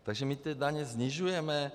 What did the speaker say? Takže my daně snižujeme.